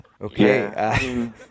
Okay